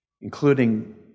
including